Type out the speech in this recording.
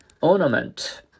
Ornament